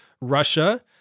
Russia